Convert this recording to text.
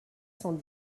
cent